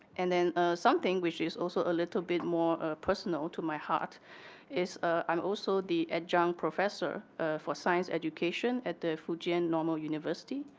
and then something which is also a little more personal to my heart is i'm also the adjunct professor for science education at the few geen normal university.